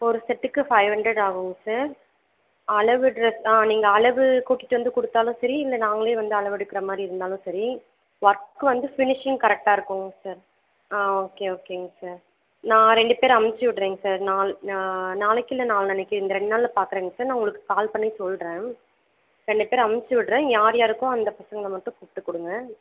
ஒரு செட்டுக்கு five hundred ஆகுங்க சார் அளவு டிரெஸ் ஆ நீங்கள் அளவு கூட்டிட்டு வந்து கொடுத்தாலும் சரி இல்லை நாங்களே வந்து அளவு எடுக்குறமாதிரி இருந்தாலும் சரி ஒர்க்கு வந்து பினிஷிங் கரெக்ட்டாக இருக்கும்ங்க சார் ஓகே ஓகேங்க சார் நான் ரெண்டு பேரை அனுப்பிச்சு விடுறேங்க சார் நாள் நாளைக்கு இல்லை நாளான்னைக்கு இந்த ரெண்டு நாளில் பார்க்குறேங்க சார் நான் உங்களுக்கு பண்ணி சொல்லுறேன் ரெண்டு பேரை அனுப்பிச்சி விடுறேன் யார் யாருக்கோ அந்த பசங்களை மட்டும் கூப்பிட்டு கொடுங்க